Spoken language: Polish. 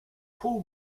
pół